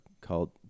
called